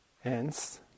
Hence